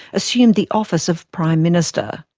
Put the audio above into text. assumed the office of prime minister.